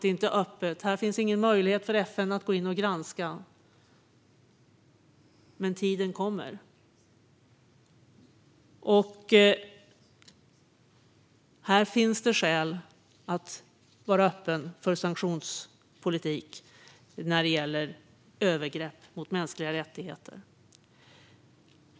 Det är inte öppet. Här finns ingen möjlighet för FN att gå in och granska. Men tiden kommer. Här finns det skäl att vara öppen för sanktionspolitik när det gäller övergrepp mot mänskliga rättigheter.